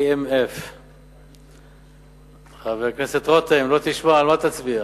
AMF. חבר הכנסת רותם, אם לא תשמע על מה תצביע?